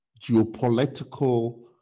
geopolitical